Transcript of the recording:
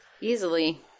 Easily